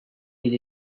did